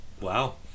Wow